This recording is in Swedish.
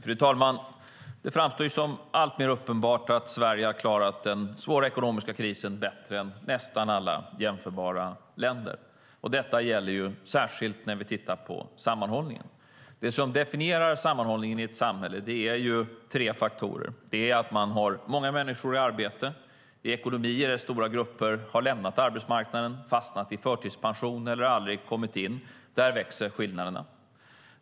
Fru talman! Det framstår som alltmer uppenbart att Sverige har klarat den svåra ekonomiska krisen bättre än nästan alla jämförbara länder. Detta gäller särskilt när vi tittar på sammanhållningen. Det som definierar sammanhållningen i ett samhälle är tre faktorer. Det är att man har många människor i arbete. I ekonomier där stora grupper har lämnat arbetsmarknaden, fastnat i förtidspension eller aldrig kommit in växer skillnaderna.